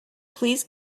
please